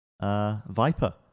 Viper